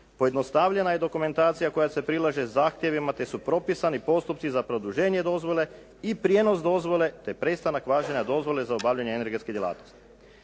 pojednostavljena je dokumentacija koja se prilaže zahtjevima te su propisani postupci za produženje dozvole i prijenos dozvole te prestanak važenja dozvole za obavljanje energetskih djelatnosti.